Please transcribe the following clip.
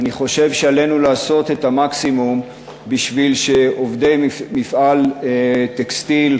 ואני חושב שעלינו לעשות את המקסימום בשביל שעובדי מפעל "נגב טקסטיל"